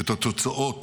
ואת תוצאות